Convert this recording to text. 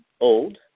old